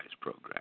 program